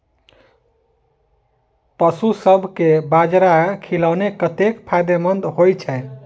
पशुसभ केँ बाजरा खिलानै कतेक फायदेमंद होइ छै?